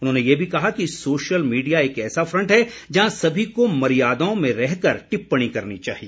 उन्होंने ये भी कहा कि सोशल मीडिया एक ऐसा फ़ंट है जहां सभी को मर्यादाओं में रह कर टिप्पणी करनी चाहिए